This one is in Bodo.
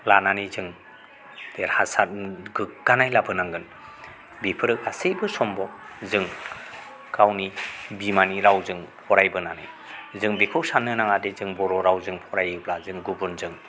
लानानै जों देरहासार गोग्गानाय लाबोनांगोन बेफोरो गासैबो सम्भ'ब जों गावनि बिमानि रावजों फरायबोनानै जों बेखौ साननो नाङा दि जों बर' रावजों फरायोब्ला जों गुबुनजों